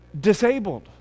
disabled